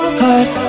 heart